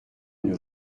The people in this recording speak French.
une